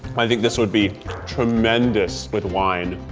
i think this would be tremendous with wine.